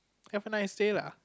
have a nice day lah